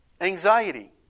Anxiety